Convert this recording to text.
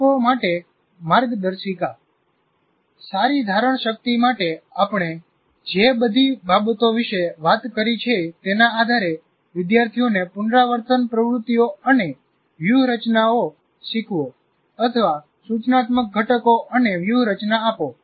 શિક્ષકો માટે માર્ગદર્શિકા સારી ધારણશક્તિ માટે આપણે જે બધી બાબતો વિશે વાત કરી છે તેના આધારે વિદ્યાર્થીઓને પુનરાવર્તન પ્રવૃત્તિઓ અને વ્યૂહરચનાઓ શીખવો અથવા સૂચનાત્મક ઘટકો અને વ્યૂહરચના આપો